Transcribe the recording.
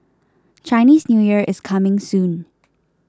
Chinese New Year is coming soon